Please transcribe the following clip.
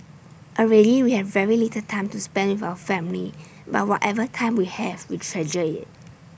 already we have very little time to spend with our family but whatever time we have we treasure IT